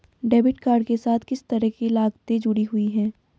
Debit card के साथ किस तरह की लागतें जुड़ी हुई हैं?